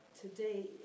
today